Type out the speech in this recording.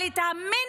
אבל את המינימום,